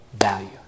value